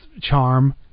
charm